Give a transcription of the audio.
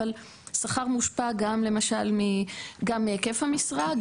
אבל השכר מושפע גם מהיקף המשרה,